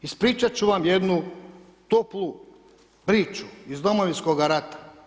Ispričati ću vam jednu toplu priču iz Domovinskoga rata.